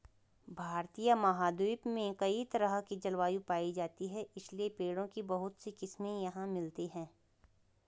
भारतीय उपमहाद्वीप में कई तरह की जलवायु पायी जाती है इसलिए पेड़ों की बहुत सी किस्मे यहाँ मिलती हैं